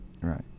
right